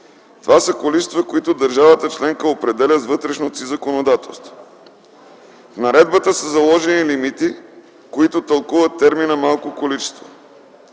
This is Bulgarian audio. това са количества, които държавата членка определя с вътрешно си законодателство. В наредбата са заложени лимити, които тълкуват термина „малко количество”.